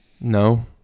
No